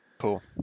cool